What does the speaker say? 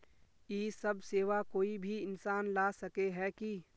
इ सब सेवा कोई भी इंसान ला सके है की?